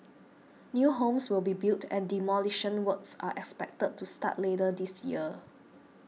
new homes will be built and demolition works are expected to start later this year